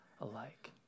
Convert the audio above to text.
alike